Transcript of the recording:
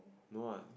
no what